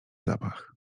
zapach